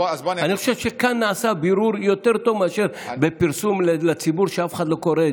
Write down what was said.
אני חושב שכאן נעשה בירור יותר טוב מאשר בפרסום לציבור שאף אחד לא קורא.